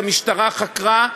המשטרה חקרה,